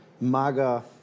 MAGA